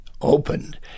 opened